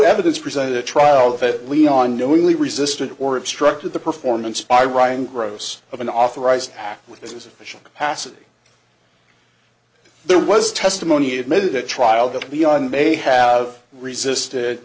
evidence presented at trial that we are knowingly resistant or obstructed the performance by ryan gross of an authorized with his official capacity there was testimony admitted the trial that we on may have resisted